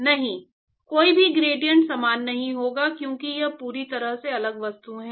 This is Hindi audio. नहीं कोई भी ग्रेडिएंट समान नहीं होगा क्योंकि ये पूरी तरह से अलग वस्तुएं हैं